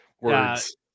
Words